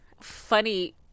funny